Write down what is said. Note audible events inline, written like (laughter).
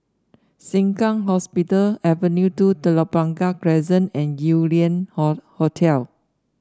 Sengkang Hospital Avenue two Telok Blangah Crescent and Yew Lian (unintelligible) Hotel